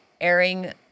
airing